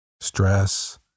stress